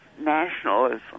nationalism